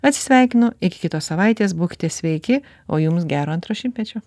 atsisveikinu iki kitos savaitės būkite sveiki o jums gero antro šimtmečio